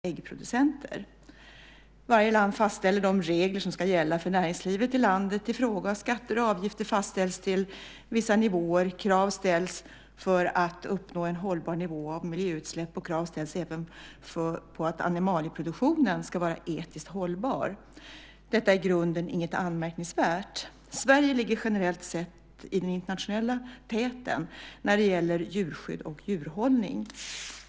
Herr talman! Holger Gustafsson har frågat mig vilka åtgärder som jag avser att vidta för att förbättra villkoren för svenska äggproducenter. Varje land fastställer de regler som ska gälla för näringslivet i landet i fråga. Skatter och avgifter fastställs till vissa nivåer, krav ställs för att uppnå en hållbar nivå av miljöutsläpp och krav ställs även på att animalieproduktionen ska vara etiskt hållbar. Detta är i grunden inget anmärkningsvärt. Sverige ligger generellt sett i den internationella täten när det gäller djurskydd och djurhållning.